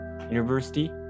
university